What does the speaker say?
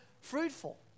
fruitful